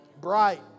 Bright